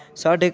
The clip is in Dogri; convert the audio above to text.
साढ़े